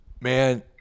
Man